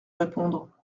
répondre